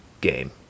game